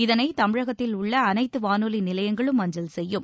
இதனை தமிழகத்தில் உள்ள அனைத்து வானொலி நிலையங்களும் அஞ்சல் செய்யும்